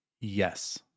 Yes